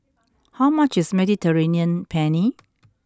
how much is Mediterranean Penne